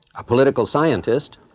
a political scientist,